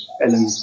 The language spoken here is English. Ellen